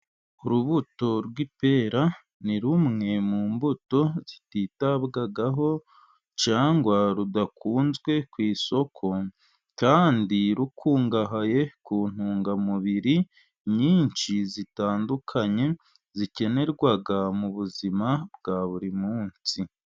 Urubuto rw'ipera ni rumwe mu mbuto zititabwaho cyangwa rudakunzwe ku isoko, kandi rukungahaye ku ntungamubiri nyinshi zitandukanye zikenerwa mu buzima bwa buri munsi.